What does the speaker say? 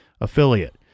affiliate